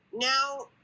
Now